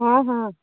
ହଁ ହଁ